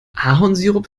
ahornsirup